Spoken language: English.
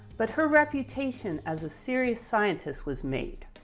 but her reputation as a serious scientist was made.